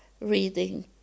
reading